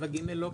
7(ג) לא פה.